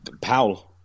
Powell